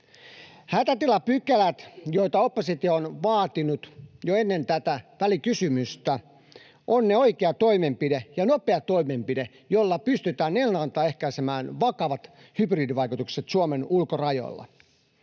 Hätätilapykälät, joita oppositio on vaatinut jo ennen tätä välikysymystä, on oikea toimenpide ja nopea toimenpide, jolla pystytään ennalta ehkäisemään vakavat hybridivaikutukset Suomen ulkorajoilla.